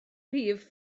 rhif